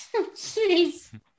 Jeez